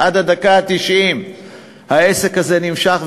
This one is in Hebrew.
עד הדקה התשעים העסק הזה נמשך.